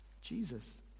Jesus